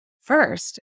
First